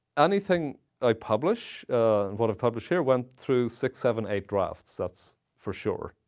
anything i publish and what i've published here went through six, seven, eight drafts, that's for sure.